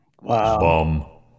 Wow